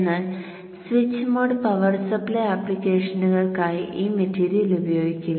എന്നാൽ switch mode power supply ആപ്ലിക്കേഷനുകൾക്കായി ഈ മെറ്റീരിയൽ ഉപയോഗിക്കില്ല